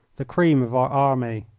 the cream of our army.